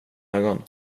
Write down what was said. ögon